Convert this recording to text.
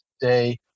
day